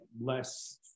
less